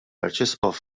arċisqof